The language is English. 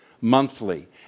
monthly